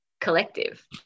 collective